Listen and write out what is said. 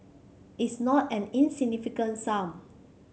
it's not an insignificant sum